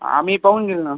हा मी पाहून घेईल नं